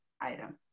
item